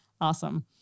Awesome